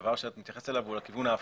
הדבר שאת מתייחסת אליו הוא בכיוון ההפוך.